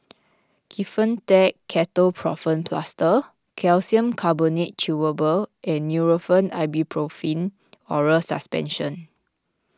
Kefentech Ketoprofen Plaster Calcium Carbonate Chewable and Nurofen Ibuprofen Oral Suspension